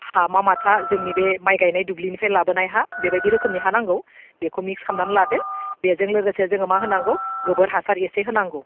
हामा माथा जोंनि बे माइ गायनाय दुब्लिनिफ्राय लाबोनाय हा बेबायदि रोखोमनि हा नांगौ बेखौ मिक्स खालामनानै लादो बेजों लोगोसे जोङो मा होनांगौ गोबोर हासार एसे होनांगौ